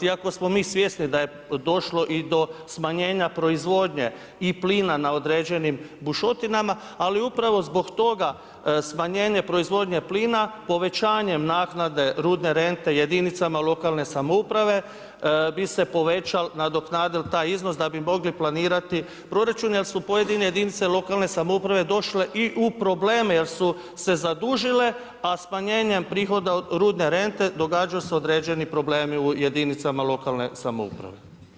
Iako smo mi svjesni da je došlo i do smanjenja proizvodnje i plina na određenim bušotinama, ali upravo zbog toga smanjenje proizvodnje plina povećanjem naknade rudne rente jedinicama lokalne samouprave bi se povečal, nadoknadil taj iznos da bi mogli planirati proračun jer su pojedine jedinice lokalne samouprave došle i u probleme jer su se zadužile, a smanjenjem prihoda od rudne rente događaju se određeni problemi u jedinicama lokalne samouprave.